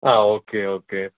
ആ okay okay